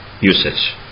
usage